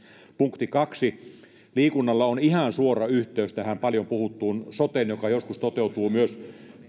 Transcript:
punkti toisella liikunnalla on ihan suora yhteys tähän paljon puhuttuun soteen joka joskus myös toteutuu